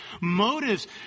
motives